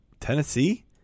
Tennessee